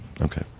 Okay